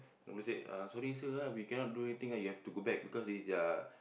then we said uh sorry sir ah we cannot do anything ah you have go back because it's their